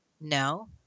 no